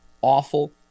awful